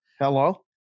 Hello